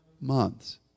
months